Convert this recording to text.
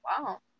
Wow